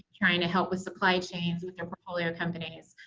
trying to help with supply chains with their portfolio companies.